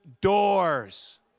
doors